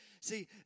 See